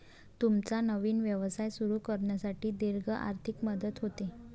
तुमचा नवीन व्यवसाय सुरू करण्यासाठी दीर्घ आर्थिक मदत होते